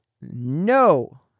no